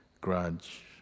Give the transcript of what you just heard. grudge